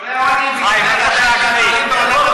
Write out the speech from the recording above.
שיעורי העוני בישראל מהגדולים בעולם המערבי.